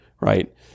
right